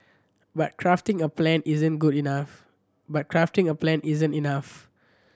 but crafting a plan isn't good enough but crafting a plan isn't enough